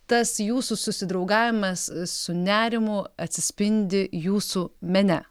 tas jūsų susidraugavimas su nerimu atsispindi jūsų mene